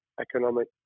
economic